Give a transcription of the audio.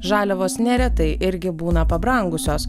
žaliavos neretai irgi būna pabrangusios